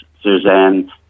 Suzanne